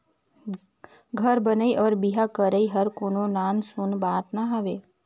घर बनई अउ बिहा करई हर कोनो नान सून बात ना हवे